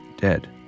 dead